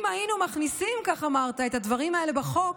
אם היינו מכניסים, כך אמרת, את הדברים האלה לחוק,